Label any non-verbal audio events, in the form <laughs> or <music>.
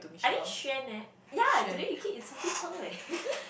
I mean Xuan leh ya today he keep insulting her eh <laughs>